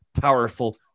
powerful